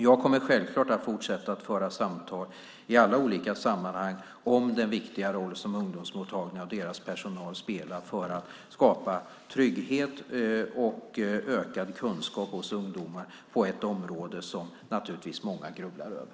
Jag kommer självfallet att fortsätta att föra samtal i alla olika sammanhang om den viktiga roll som ungdomsmottagningarna och deras personal spelar för att skapa trygghet och ökad kunskap hos ungdomar på ett område som många grubblar över.